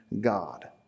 God